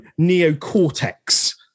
neocortex